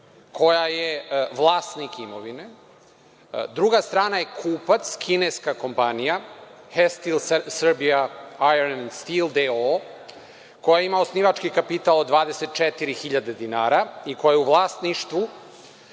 koja je vlasnik imovine, druga strana je kupac, kineska kompanija „Hestil Srbija US Stil doo“, koja je ima osnivački kapital od 24 hiljade dinara i koja je u vlasništvu